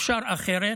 אפשר אחרת,